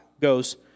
goes